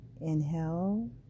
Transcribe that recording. Inhale